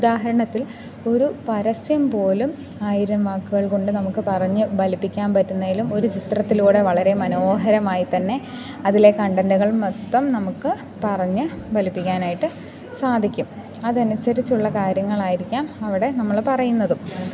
ഉദാഹരണത്തിൽ ഒരു പരസ്യം പോലും ആയിരം വാക്കുകൾ കൊണ്ട് നമുക്ക് പറഞ്ഞു ഫലിപ്പിക്കാൻ പറ്റുന്നതിലും ഒരു ചിത്രത്തിലൂടെ വളരെ മനോഹരമായി തന്നെ അതിലെ കണ്ടൻ്റുകൾ മൊത്തം നമുക്ക് പറഞ്ഞു ഫലിപ്പിക്കാനായിട്ട് സാധിക്കും അതനുസരിച്ചുള്ള കാര്യങ്ങളായിരിക്കാം അവിടെ നമ്മൾ പറയുന്നതും